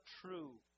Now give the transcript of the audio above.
true